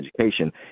education